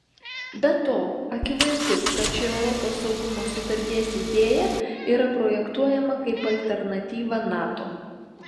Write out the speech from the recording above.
be to akivaizdu kad ši europos saugumo sutarties idėja yra projektuojama kaip alternatyva nato